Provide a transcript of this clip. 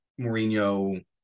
Mourinho